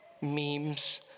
memes